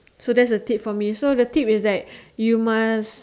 so that's a tip from me so the tip is that you must